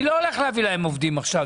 אני לא הולך להביא להם עובדים עכשיו,